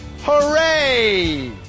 Hooray